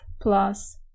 plus